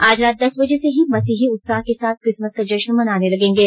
आज रात दस बजे से ही मसीही उत्साह के साथ किसमस का जष्न मनाने लगेंगे